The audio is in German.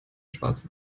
schwarze